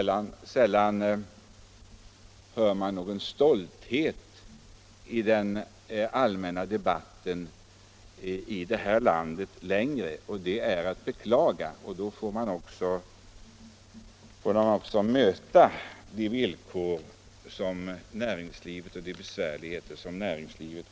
Men sällan hör man här i landet längre någon sådan stolthet uttalas i den allmänna debatten. Det är att beklaga. Då blir det också svårare att möta och bemästra näringslivets problem.